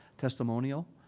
testimonial,